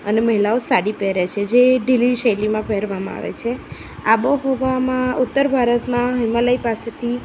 અને મહિલાઓ સાડી પહેરે છે જે ઢીલી શૈલીમાં પહેરવામાં આવે છે આબોહવામાં ઉત્તર ભારતમાં હિમાલય પાસેથી